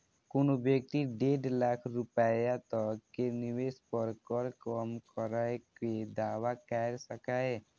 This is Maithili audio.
कोनो व्यक्ति डेढ़ लाख रुपैया तक के निवेश पर कर कम करै के दावा कैर सकैए